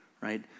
right